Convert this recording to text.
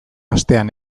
astean